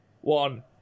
One